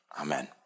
Amen